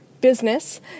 business